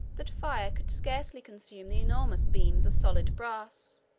that fire could scarcely consume the enormous beams of solid brass,